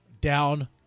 down